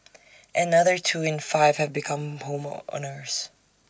another two in five have become homer owners